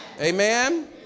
Amen